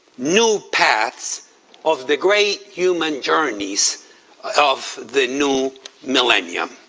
new paths of the great human journeys of the new millennia.